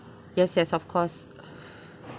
yes yes of course